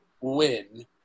win